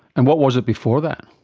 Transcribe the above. and what was it before that?